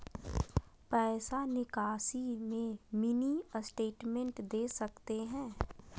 पैसा निकासी में मिनी स्टेटमेंट दे सकते हैं?